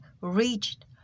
reached